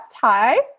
Hi